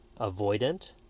avoidant